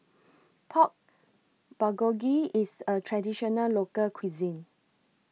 Pork Bulgogi IS A Traditional Local Cuisine